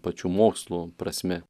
pačių mokslų prasme